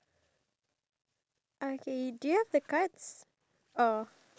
that we want like for example if I want to be a musician